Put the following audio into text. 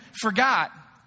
forgot